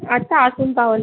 আচ্ছা আসুন তাহলে